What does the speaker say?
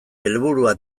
helburua